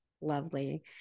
Lovely